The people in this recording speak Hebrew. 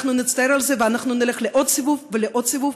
אנחנו נצטער על זה ואנחנו נלך לעוד סיבוב ולעוד סיבוב,